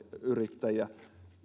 yrittäjiä